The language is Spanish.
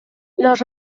los